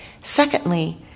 Secondly